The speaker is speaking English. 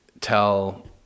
tell